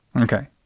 okay